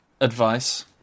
advice